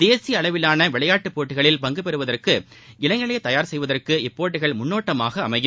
தேசிய அளவிலாள விளையாட்டு போட்டிகளில் பங்கு பெறுவதற்கு இளைஞர்களை தயார் செய்வதற்கு இப்போட்டிகள் முன்னோட்டமாக அமையும்